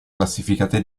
classificate